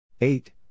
Eight